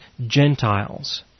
Gentiles